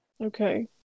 Okay